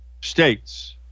states